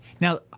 Now